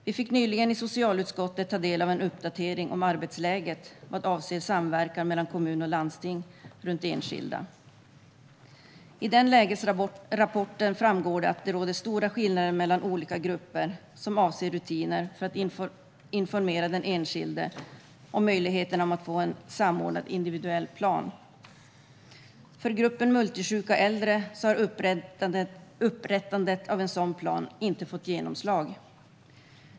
Vi fick nyligen i socialutskottet ta del av en uppdatering om arbetsläget vad avser samverkan mellan kommun och landsting runt enskilda. I denna lägesrapport framgår att det råder stora skillnader mellan olika grupper avseende rutiner för att informera den enskilde om möjligheterna att få en samordnad individuell plan. För gruppen multisjuka äldre har upprättandet av en sådan plan inte fått genomslag.